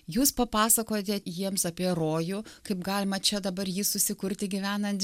jūs papasakojate jiems apie rojų kaip galima čia dabar jį susikurti gyvenant